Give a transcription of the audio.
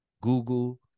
Google